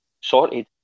sorted